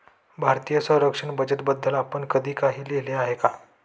भारतीय संरक्षण बजेटबद्दल आपण कधी काही लिहिले आहे का?